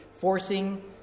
forcing